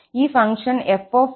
ഈ function f 1t−1